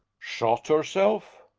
shot herself!